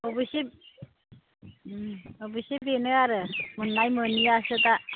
अबयस्से अबयस्से बेनो आरो मोननाय मोनियासो दा